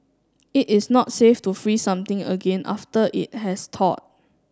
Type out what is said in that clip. it is not safe to freeze something again after it has thawed